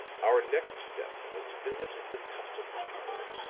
our next step was to visit the customs people.